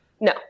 No